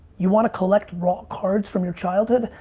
you wanna collect raw cards from your childhood?